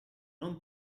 non